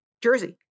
Jersey